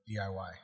DIY